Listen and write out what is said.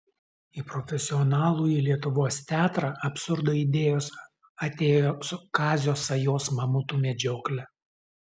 į profesionalųjį lietuvos teatrą absurdo idėjos atėjo su kazio sajos mamutų medžiokle